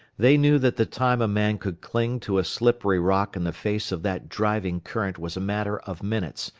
they knew that the time a man could cling to a slippery rock in the face of that driving current was a matter of minutes,